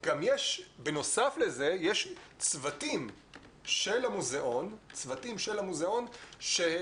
בנוסף לזה יש צוותים של המוזיאון שהם